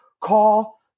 call